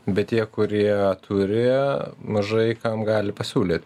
bet tie kurie turi mažai kam gali pasiūlyt